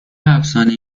افسانه